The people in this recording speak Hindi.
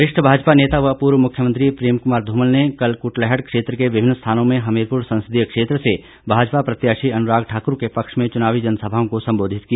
वरिष्ठ भाजपा नेता व पूर्व मुख्यमंत्री प्रेम कुमार धूमल ने कल कुटलैहड़ क्षेत्र के विभिन्न स्थानों में हमीरपुर संसदीय क्षेत्र से भाजपा प्रत्याशी अनुराग ठाकुर के पक्ष में चुनावी जनसभाओं को सम्बोधित किया